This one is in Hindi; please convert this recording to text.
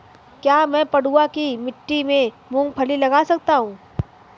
क्या मैं पडुआ की मिट्टी में मूँगफली लगा सकता हूँ?